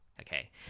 okay